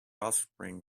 offspring